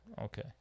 Okay